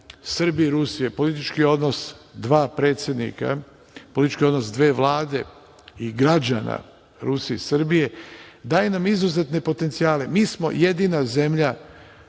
Srbije i Rusije, politički odnos dva predsednika, politički odnos dve vlade i građana Rusije i Srbije daje nam izuzetne potencijale. Mi smo jedina zemlja